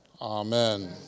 amen